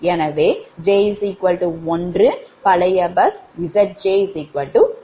எனவே 𝑗1 பழைய bus Zj 1